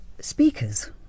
Speakers